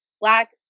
Black